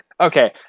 Okay